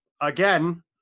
again